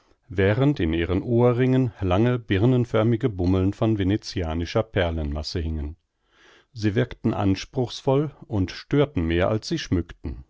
während in ihren ohrringen lange birnenförmige bummeln von venetianischer perlenmasse hingen sie wirkten anspruchsvoll und störten mehr als sie schmückten